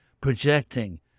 projecting